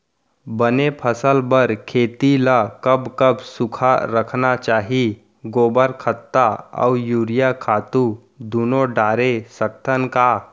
बने फसल बर खेती ल कब कब सूखा रखना चाही, गोबर खत्ता और यूरिया खातू दूनो डारे सकथन का?